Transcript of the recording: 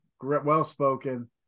well-spoken